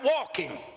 walking